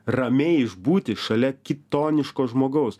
ramiai išbūti šalia kitoniško žmogaus